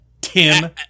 Tim